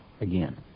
again